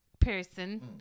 person